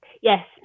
yes